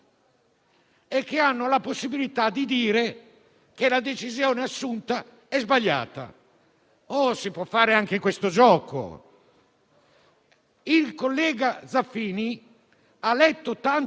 Il collega Zaffini ha letto tante agenzie stampa e tanti comunicati e non ha letto uno - anzi ne ha letti due, ma gli consiglierei di leggere anche il terzo